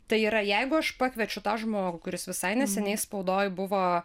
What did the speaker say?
tai yra jeigu aš pakviečiu tą žmogų kuris visai neseniai spaudoj buvo